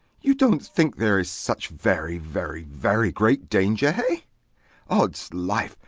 you don't think there is such very, very, very great danger, hey odds life!